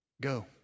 go